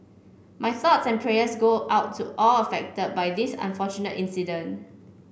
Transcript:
my thoughts and prayers go out to all affected by this unfortunate incident